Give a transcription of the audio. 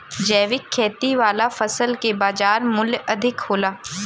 जैविक खेती वाला फसल के बाजार मूल्य अधिक होला